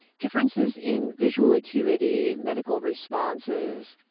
differences in visual acuity, medical responses,